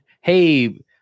hey